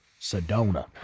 Sedona